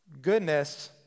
Goodness